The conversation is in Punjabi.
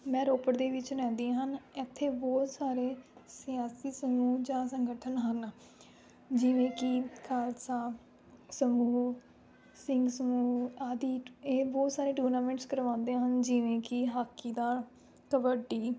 ਮੈਂ ਰੋਪੜ ਦੇ ਵਿੱਚ ਰਹਿੰਦੀ ਹਨ ਇੱਥੇ ਬਹੁਤ ਸਾਰੇ ਸਿਆਸੀ ਸਮੂਹ ਜਾਂ ਸੰਗਠਨ ਹਨ ਜਿਵੇਂ ਕਿ ਖਾਲਸਾ ਸਮੂਹ ਸਿੰਘ ਸਮੂਹ ਆਦਿ ਇਹ ਬਹੁਤ ਸਾਰੇ ਟੂਰਨਾਮੈਂਟਸ ਕਰਵਾਉਂਦੇ ਹਨ ਜਿਵੇਂ ਕਿ ਹਾਕੀ ਦਾ ਕਬੱਡੀ